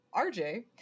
RJ